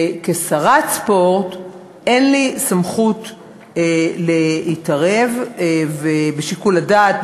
וכשרת ספורט אין לי סמכות להתערב בשיקול הדעת,